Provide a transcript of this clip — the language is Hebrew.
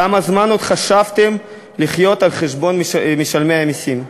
כמה זמן עוד חשבתם לחיות על חשבון משלמי המסים?